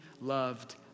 loved